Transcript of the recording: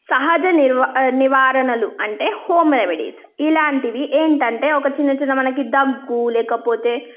సహజ నిర్వ నివారణలు అంటే హోమ్ రెమిడీస్ ఇలాంటివి ఏంటంటే ఒక చిన్న చిన్న మనకు దగ్గు లేకపోతే